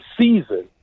season